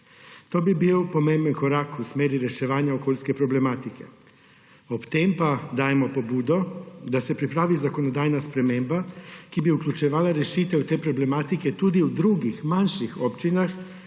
To bi bil pomemben korak v smeri reševanja okoljske problematike. Ob tem pa dajemo pobudo, da se pripravi zakonodajna sprememba, ki bi vključevala rešitev te problematike tudi v drugih, manjših občinah.